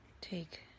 take